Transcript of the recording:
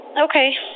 Okay